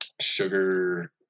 sugar